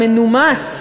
המנומס,